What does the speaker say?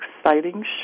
exciting